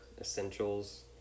essentials